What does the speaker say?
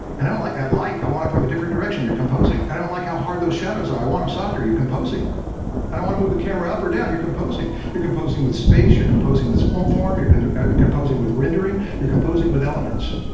and i don't like that light, i want it from a different direction. you're composing. i don't like how hard those shadows, are i want them softer. you're composing. and i want to move the camera up or down. you're composing. you're composing with space, you're composing with form, you're composing with rendering, you're composing with elements.